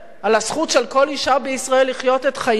הזכות של כל אשה בישראל לחיות את חייה,